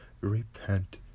Repent